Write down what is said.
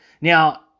Now